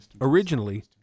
Originally